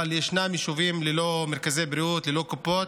אבל יש יישובים ללא מרכזי בריאות, ללא קופות,